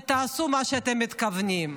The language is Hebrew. ותעשו מה שאתם מתכוונים.